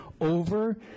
over